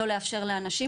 לא לאפשר לאנשים,